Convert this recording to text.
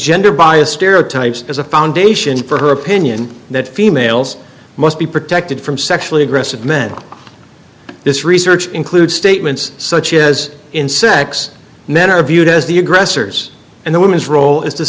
gender bias stereotypes as a foundation for her opinion that females must be protected from sexually aggressive men this research includes statements such as in sex men are viewed as the aggressors and the woman's role is t